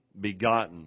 begotten